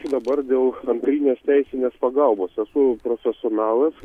tai dabar dėl dabartinės teisinės pagalbos esu profesionalas